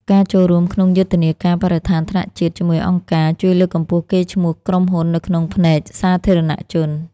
ការចូលរួមក្នុងយុទ្ធនាការបរិស្ថានថ្នាក់ជាតិជាមួយអង្គការ ជួយលើកកម្ពស់កេរ្តិ៍ឈ្មោះក្រុមហ៊ុននៅក្នុងភ្នែកសាធារណជន។